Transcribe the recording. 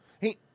Hey